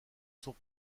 sont